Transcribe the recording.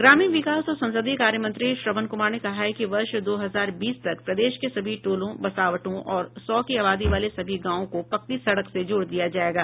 ग्रामीण विकास और संसदीय कार्य मंत्री श्रवण कुमार ने कहा है कि वर्ष दो हजार बीस तक प्रदेश के सभी टोलों बसावटों और सौ की आबादी वाले सभी गांव को पक्की सड़क से जोड़ दिया जाएगा